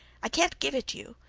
i can't give it you,